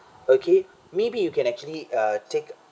okay maybe you can actually uh take